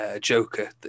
Joker